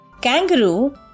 Kangaroo